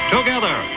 Together